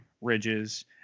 ridges